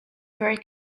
very